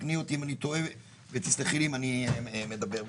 ותקני אותי אם אני טועה ותסלחי לי אם אני מדבר בשמך,